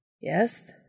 yes